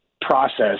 process